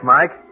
Mike